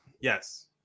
Yes